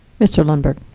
mr. lundberg.